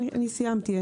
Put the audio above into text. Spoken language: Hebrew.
אני סיימתי.